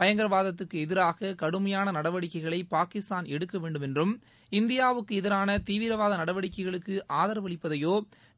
பயங்கரவாதத்துக்கு எதிராக கடுமையான நடவடிக்கைகளை பாகிஸ்தான் எடுக்க வேண்டுமென்றும் இந்தியாவுக்கு எதிரான தீவிரவாத நடவடிக்கைகளுக்கு ஆதவளிப்பதையோ